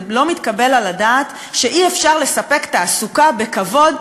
זה לא מתקבל על הדעת שאי-אפשר לספק תעסוקה בכבוד,